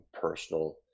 personal